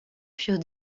furent